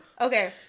Okay